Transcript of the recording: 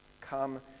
Come